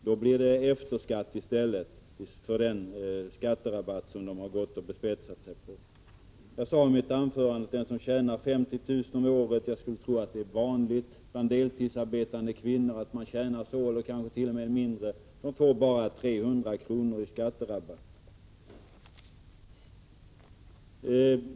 Då blir det restskatt i stället för den skatterabatt som de bespetsat sig på. Jag sade i mitt anförande att den som tjänar 50 000 kr. om året, vilket jag skulle tro är vanligt att deltidsarbetande kvinnor gör, bara får 300 kr. i skatterabatt.